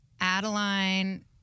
Adeline